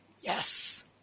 Yes